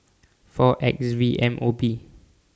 four X V M O B